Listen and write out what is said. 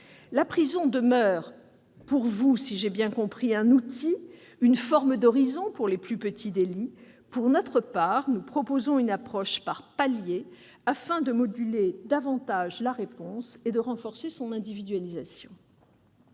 La prison demeure pour elle un outil, une forme d'horizon pour les plus petits délits. Pour notre part, nous proposons une approche par paliers, afin de moduler davantage la réponse et de renforcer son individualisation.